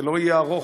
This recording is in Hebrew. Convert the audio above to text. זה לא יהיה ארוך,